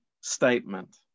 statement